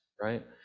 right